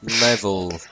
level